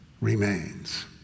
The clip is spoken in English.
remains